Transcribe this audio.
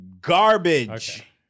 garbage